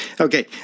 Okay